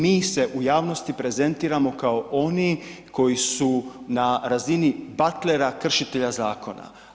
Mi se u javnosti prezentiramo kao oni koji su na razini batlera, kršitelja zakona.